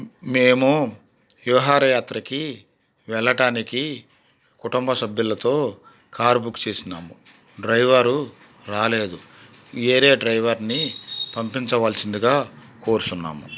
మేము విహారయాత్రికి వెళ్ళటానికి కుటుంబ సభ్యులతో కారు బుక్ చేసాము డ్రైవరు రాలేదు వేరే డ్రైవర్ని పంపించవలసిందిగా కోరుతున్నాము